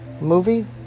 movie